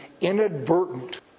inadvertent